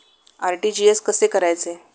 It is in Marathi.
आर.टी.जी.एस कसे करायचे?